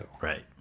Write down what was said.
right